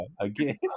Again